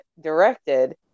directed